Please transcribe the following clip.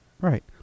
Right